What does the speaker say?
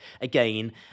again